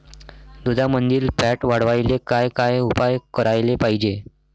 दुधामंदील फॅट वाढवायले काय काय उपाय करायले पाहिजे?